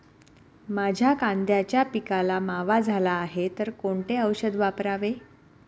माझ्या कांद्याच्या पिकाला मावा झाला आहे तर कोणते औषध वापरावे?